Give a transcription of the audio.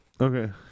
Okay